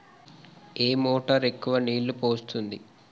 ఏ motor ఎక్కువ నీళ్లు పోస్తుంది?